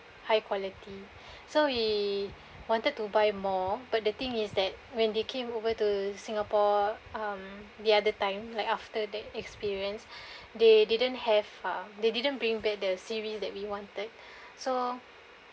high quality so we wanted to buy more but the thing is that when they came over to singapore (um)the other time like after the experience they didn't have ah they didn't bring back the series that we wanted so